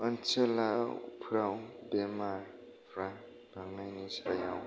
ओनसोलाफोराव बेमारफ्रा बांनायनि सायाव